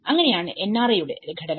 അങ്ങനെയാണ് NRA യുടെ ഘടന